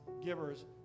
givers